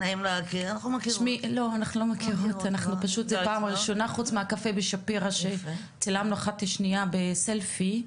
אנחנו לא מכירות חוץ מהקפה בשפירא שצילמנו אחת את השנייה בסלפי,